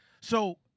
so-